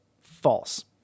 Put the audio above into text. False